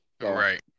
Right